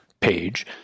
page